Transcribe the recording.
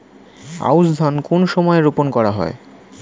আউশ ধান কোন সময়ে রোপন করা হয়?